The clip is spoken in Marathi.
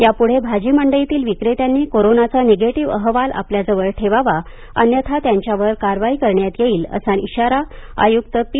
यापुढे भाजी मंडईतील विक्रेत्यांनी कोरोनाचा निगेटिव्ह अहवाल आपल्या जवळ ठेवावा अन्यथा त्यांच्यावर कारवाई करण्यात येईल असा इशारा आयुक्त पि